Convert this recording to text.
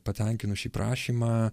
patenkinus šį prašymą